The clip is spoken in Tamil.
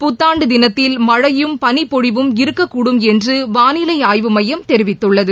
புத்தாண்டு தினத்தில் மழையும் பளிப்பொழிவும் இருக்கக்கூடும் என்று வாளிலை ஆய்வு மையம் தெரிவித்துள்ளது